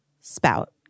spout